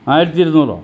ആയിരത്തി ഇരുന്നൂറോ